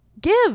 give